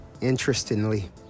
Interestingly